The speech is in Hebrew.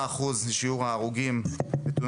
53% זה שיעור כלי הרכב הכבדים